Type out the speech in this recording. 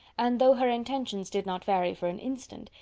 and though her intentions did not vary for an instant,